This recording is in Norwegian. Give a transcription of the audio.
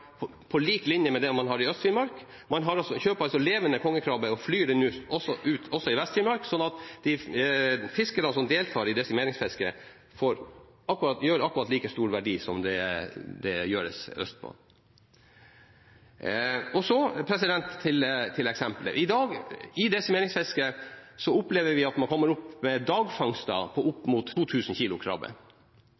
på lik linje med det man har i Øst-Finnmark. Man kjøper levende kongekrabber og flyr det nå også ut fra Vest-Finnmark, slik at fiskerne som deltar i desimeringsfisket, utfører et like verdifullt arbeid som de gjør østpå. Så til eksemplet: I desimeringsfisket i dag opplever vi at man kommer opp med dagfangster på opp mot